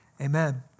Amen